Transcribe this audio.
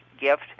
gift